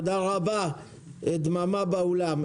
דממה באולם.